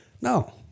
No